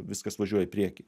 viskas važiuoja į priekį